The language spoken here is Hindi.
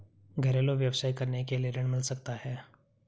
घरेलू व्यवसाय करने के लिए ऋण मिल सकता है?